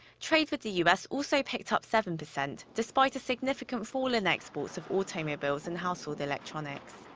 trade with the u s. also picked up seven percent, despite a significant fall in exports of automobiles and household electronics.